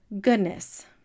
goodness